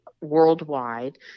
worldwide